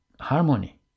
harmony